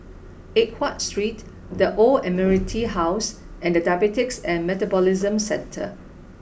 Eng Watt Street The Old Admiralty House and Diabetes and Metabolism Centre